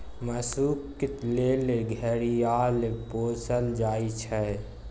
मासुक लेल घड़ियाल पोसल जाइ छै